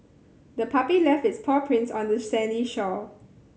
the puppy left its paw prints on the sandy shore